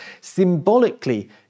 symbolically